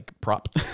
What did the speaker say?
prop